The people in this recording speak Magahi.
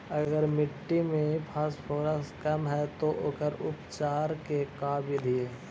अगर मट्टी में फास्फोरस कम है त ओकर उपचार के का बिधि है?